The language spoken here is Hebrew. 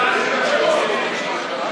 לשבת,